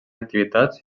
activitats